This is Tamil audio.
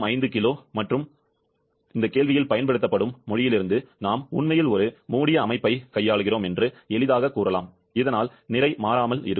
05 கிலோ மற்றும் கேள்வியில் பயன்படுத்தப்படும் மொழியிலிருந்து நாம் உண்மையில் ஒரு மூடிய அமைப்பைக் கையாளுகிறோம் என்று எளிதாகக் கூறலாம் இதனால் நிறை மாறாமல் இருக்கும்